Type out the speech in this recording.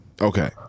Okay